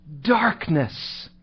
Darkness